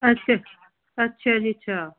ਅੱਛਾ ਅੱਛਾ ਜੀ ਅੱਛਾ